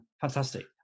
Fantastic